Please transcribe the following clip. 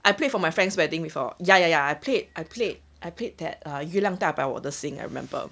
I played for my friend's wedding before ya ya ya I played I played I played that uh 月亮代表我的心 I remembered